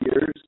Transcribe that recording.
years